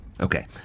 Okay